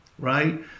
right